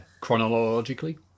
Chronologically